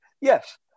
yes